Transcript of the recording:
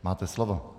Máte slovo.